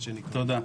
תודה.